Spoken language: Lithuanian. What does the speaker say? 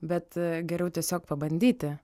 bet geriau tiesiog pabandyti